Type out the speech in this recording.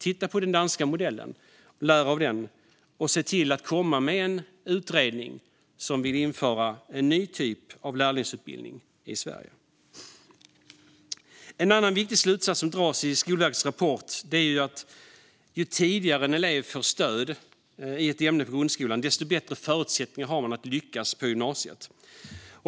Titta på den danska modellen, lär av den och se till att komma med en utredning som vill införa en ny typ av lärlingsutbildning i Sverige. En annan viktig slutsats som dras i Skolverkets rapport är att ju tidigare en elev får stöd i ett ämne i grundskolan, desto bättre förutsättningar har den att lyckas på gymnasiet.